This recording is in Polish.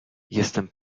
jestem